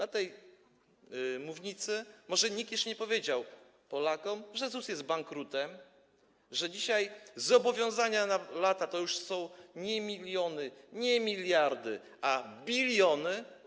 Z tej mównicy może nikt jeszcze nie powiedział Polakom, że ZUS jest bankrutem, że dzisiaj zobowiązania na lata to już są nie miliony, nie miliardy, a biliony.